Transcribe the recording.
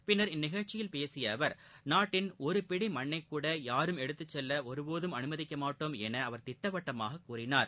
பின்னர் இந்நிகழ்ச்சியில் பேசிய அவர் நாட்டின் ஒரு பிடி மண்ணைக் கூட யாரும் எடுத்துச் செல்ல ஒருபோதும் அனுமதிக்கமாட்டோம் என அவர் திட்டவட்டமாக கூறினார்